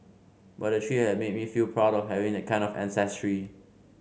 but the trip at made me feel proud of having that kind of ancestry